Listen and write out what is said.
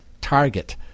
target